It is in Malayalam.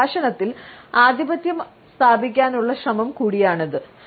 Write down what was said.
സംഭാഷണത്തിൽ ആധിപത്യം സ്ഥാപിക്കാനുള്ള ശ്രമം കൂടിയാണിത്